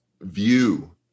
view